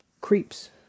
creeps